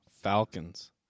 Falcons